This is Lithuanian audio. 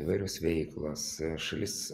įvairios veiklos šalis